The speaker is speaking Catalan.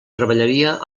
treballaria